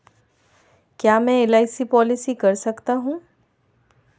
क्या मैं LIC policy कर सकता हूं?